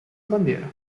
bandiera